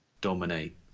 dominate